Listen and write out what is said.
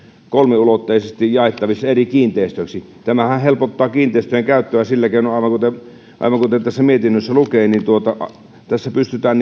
kolmiulotteisesti jaettavissa eri kiinteistöiksi tämähän helpottaa kiinteistöjen käyttöä sillä keinoin aivan kuten aivan kuten tässä mietinnössä lukee että pystytään